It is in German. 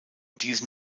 diesen